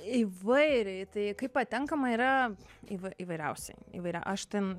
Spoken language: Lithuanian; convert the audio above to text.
įvairiai tai kaip patenkama yra įvai įvairiausiai įvairia aš ten